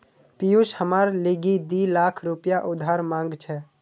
पियूष हमार लीगी दी लाख रुपया उधार मांग छ